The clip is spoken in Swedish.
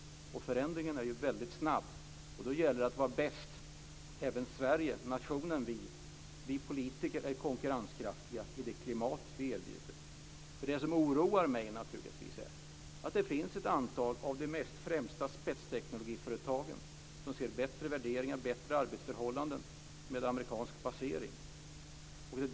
Förändringen är väldigt snabb. Då gäller det att vara bäst. Det gäller även Sverige, nationen, och oss politiker. Vi måste vara konkurrenskraftiga i det klimat som vi erbjuder. Vad som oroar mig är att ett antal av de allra främsta spetsteknikföretagen ser bättre värderingar och bättre arbetsförhållanden med en amerikansk basering.